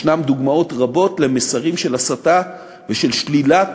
ישנן דוגמאות רבות למסרים של הסתה ושל שלילת